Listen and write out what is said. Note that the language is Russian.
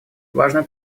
важно